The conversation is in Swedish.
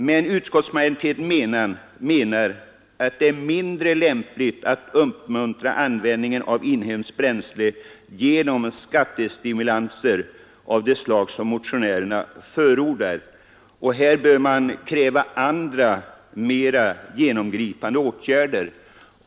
Av olika skäl är det emellertid enligt utskottets uppfattning mindre lämpligt att uppmuntra användningen av inhemska bränslen genom skattestimulanser av de slag som motionärerna förordar. För att åstadkomma en sådan utveckling krävs andra och mer genomgripande åtgärder.